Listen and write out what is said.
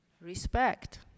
respect